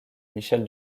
michel